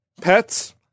pets